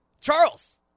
Charles